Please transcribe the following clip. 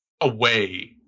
away